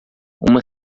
uma